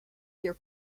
year